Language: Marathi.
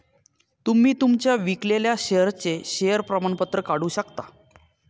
तुम्ही तुमच्या विकलेल्या शेअर्सचे शेअर प्रमाणपत्र काढू शकता